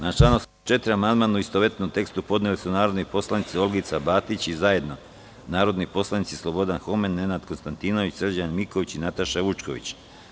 Na član 84. amandman, u istovetnom tekstu, podneli su narodni poslanik Olgica Batić i zajedno narodni poslanici Slobodan Homen, Nenad Konstantinović, Srđan Miković i Nataša Vučković.